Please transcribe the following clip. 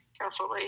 carefully